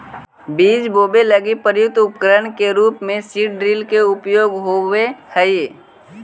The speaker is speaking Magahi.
बीज बोवे लगी प्रयुक्त उपकरण के रूप में सीड ड्रिल के उपयोग होवऽ हई